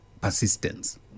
persistence